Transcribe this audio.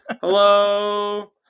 hello